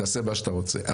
תעשה מה שאתה רוצה.